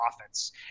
offense